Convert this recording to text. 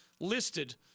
listed